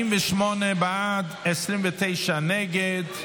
48 בעד, 29 נגד.